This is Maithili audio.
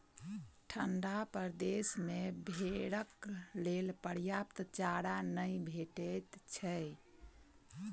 ठंढा प्रदेश मे भेंड़क लेल पर्याप्त चारा नै भेटैत छै